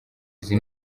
izi